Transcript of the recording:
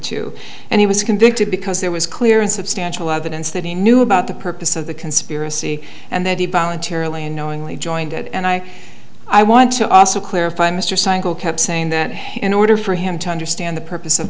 to and he was convicted because there was clear and substantial evidence that he knew about the purpose of the conspiracy and that he voluntarily unknowingly joined it and i i want to also clarify mr cycle kept saying that in order for him to understand the purpose of